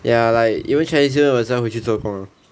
ya like even chinese new year 我也是要回去做工 loh